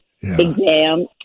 exam